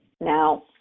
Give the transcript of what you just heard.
now